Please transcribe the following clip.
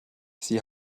sie